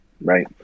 right